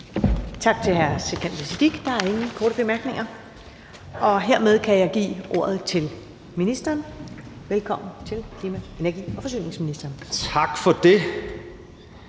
Tak til hr. Sikandar Siddique. Der er ingen korte bemærkninger. Hermed kan jeg give ordet til ministeren. Velkommen til klima-, energi- og forsyningsministeren. Kl.